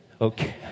okay